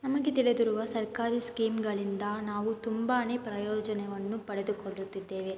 ನಮಗೆ ತಿಳಿದಿರುವ ಸರ್ಕಾರಿ ಸ್ಕೀಮುಗಳಿಂದ ನಾವು ತುಂಬಾ ಪ್ರಯೋಜನವನ್ನು ಪಡೆದುಕೊಳ್ಳುತ್ತಿದ್ದೇವೆ